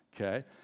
okay